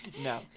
No